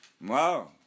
Wow